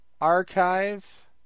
Archive